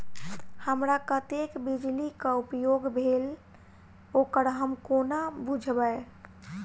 हमरा कत्तेक बिजली कऽ उपयोग भेल ओकर हम कोना बुझबै?